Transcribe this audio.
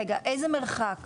רגע, איזה מרחק?